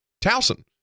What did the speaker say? Towson